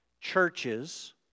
churches